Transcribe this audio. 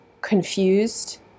confused